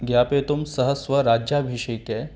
ज्ञापयितुं सः स्वराज्याभिषेके